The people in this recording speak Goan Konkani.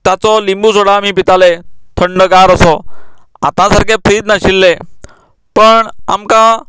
ताचो लिंबू सोडा आमी पिताले थंडगार असो आता सारके फ्रीज नाशिल्ले पण आमकां